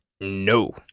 no